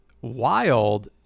wild